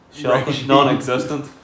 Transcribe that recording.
Non-existent